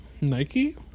Nike